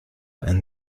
and